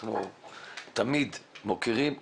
אנחנו תמיד מוקירים ומעריכים.